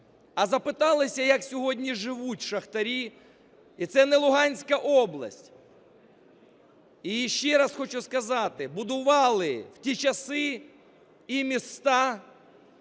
А запиталися, як сьогодні живуть шахтарі? І це не Луганська область. І ще раз хочу сказати, будували в ті часи і міста…